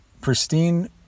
pristine